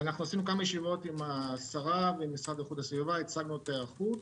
עשינו כמה ישיבות עם השרה ועם המשרד להגנת הסביבה והצגנו את ההיערכות.